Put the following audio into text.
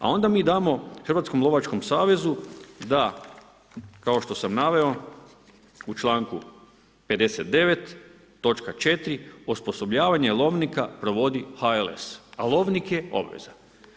A onda mi damo Hrvatskom lovačkom savezu da kao što sam naveo u čl. 59. točka 4. osposobljavanje lovnika provodi HLS a lovnik je obvezan.